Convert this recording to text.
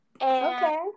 Okay